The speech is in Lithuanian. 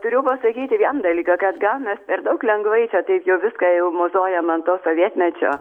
turiu pasakyti vien dalyką kad gal mes per daug lengvai čia taip jau viską jau mozojam ant to sovietmečio